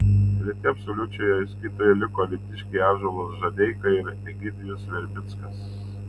treti absoliučioje įskaitoje liko alytiškiai ąžuolas žadeika ir egidijus verbickas